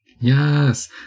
Yes